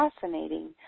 fascinating